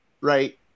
right